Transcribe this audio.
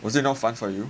was it not fun for you